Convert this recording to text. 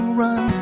run